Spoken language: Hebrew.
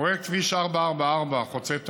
פרויקט כביש 444, חוצה טייבה,